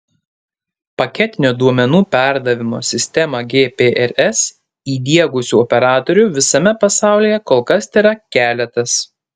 paketinio duomenų perdavimo sistemą gprs įdiegusių operatorių visame pasaulyje kol kas tėra keletas